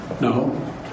No